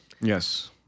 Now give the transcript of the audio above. yes